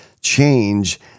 change